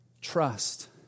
trust